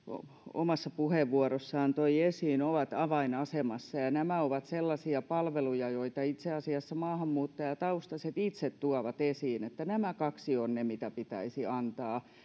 omassa puheenvuorossaan toi esiin ovat avainasemassa nämä ovat sellaisia palveluja mistä itse asiassa maahanmuuttajataustaiset ihmiset tuovat esiin että nämä kaksi ovat ne mitä pitäisi antaa